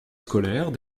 scolaires